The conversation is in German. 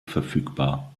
verfügbar